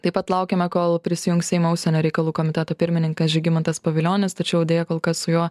taip pat laukiame kol prisijungs seimo užsienio reikalų komiteto pirmininkas žygimantas pavilionis tačiau deja kol kas su juo